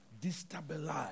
destabilize